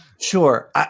Sure